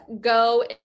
go